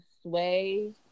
sway